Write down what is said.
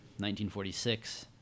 1946